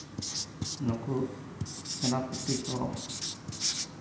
ᱱᱩᱠᱩ ᱥᱮᱱᱟᱯᱚᱛᱤ ᱠᱚ